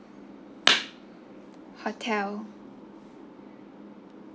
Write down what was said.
hotel